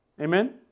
Amen